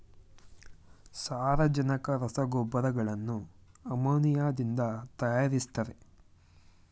ಸಾರಜನಕ ರಸಗೊಬ್ಬರಗಳನ್ನು ಅಮೋನಿಯಾದಿಂದ ತರಯಾರಿಸ್ತರೆ